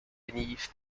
beneath